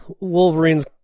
Wolverine's